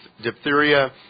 diphtheria